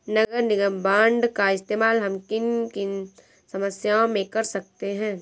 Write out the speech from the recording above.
नगर निगम बॉन्ड का इस्तेमाल हम किन किन समस्याओं में कर सकते हैं?